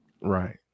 Right